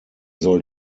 soll